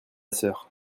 sœur